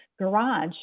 garage